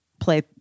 play